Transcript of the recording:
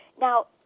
now